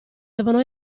devono